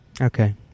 Okay